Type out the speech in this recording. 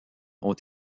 ont